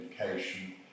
education